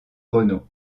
renault